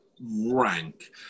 rank